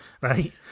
right